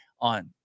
on